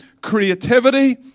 creativity